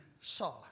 saw